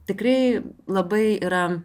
tikrai labai yra